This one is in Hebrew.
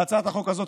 להצעת החוק הזאת,